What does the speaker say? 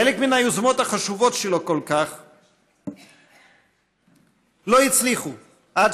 חלק מהיוזמות החשובות כל כך שלו לא הצליחו עד